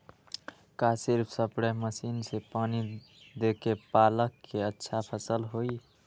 का सिर्फ spray machine से पानी देके पालक के अच्छा फसल होई?